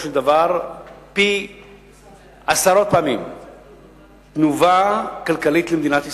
של דבר פי-עשרות תנובה כלכלית למדינת ישראל,